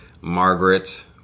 Margaret